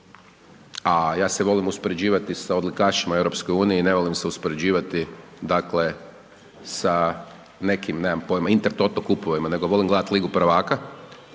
a ja se volim uspoređivati sa odlikašima EU, ne volim se uspoređivati, dakle, sa nekim, nemam pojma, Intertoto kupovima, nego volim gledati Ligu prvaka,